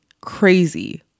crazy